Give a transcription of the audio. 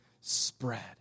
spread